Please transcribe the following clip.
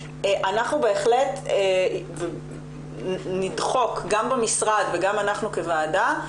אנחנו בהחלט נדחק גם במשרד וגם אנחנו כוועדה,